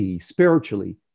spiritually